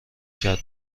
کرد